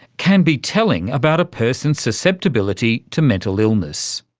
can be telling about a person's susceptibility to mental illness.